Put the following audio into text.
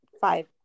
five